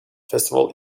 festival